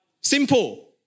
Simple